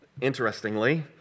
interestingly